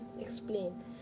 explain